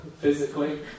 physically